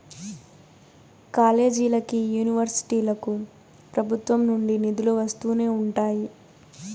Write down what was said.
కాలేజీలకి, యూనివర్సిటీలకు ప్రభుత్వం నుండి నిధులు వస్తూనే ఉంటాయి